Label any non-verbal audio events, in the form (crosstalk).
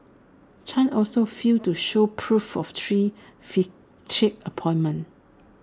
chan also failed to show proof of three (unintelligible) appointments